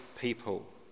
people